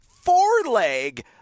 four-leg